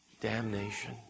damnation